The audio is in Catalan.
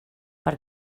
per